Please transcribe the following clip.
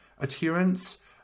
adherence